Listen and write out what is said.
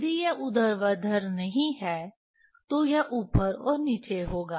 यदि यह ऊर्ध्वाधर नहीं है तो यह ऊपर और नीचे होगा